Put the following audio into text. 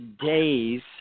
days